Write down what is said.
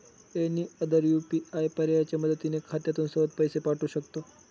any other UPI पर्यायाच्या मदतीने खात्यातून सहज पैसे पाठवू शकतो